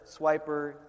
Swiper